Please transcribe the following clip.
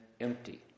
empty